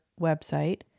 website